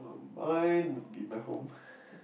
mine would be my home